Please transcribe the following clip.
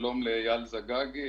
שלום לאייל זגגי,